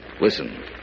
Listen